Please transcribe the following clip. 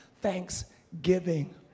Thanksgiving